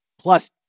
plus